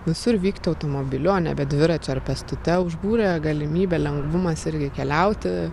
visur vykti automobiliu o nebe dviračiu ar pėstute užbūrė galimybė lengvumas irgi keliauti